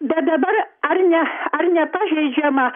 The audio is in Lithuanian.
bet dabar ar ne ar nepažeidžiama